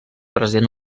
present